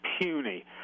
puny